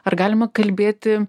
ar galima kalbėti